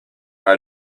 are